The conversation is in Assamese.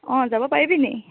অঁ যাব পাৰিবি নেকি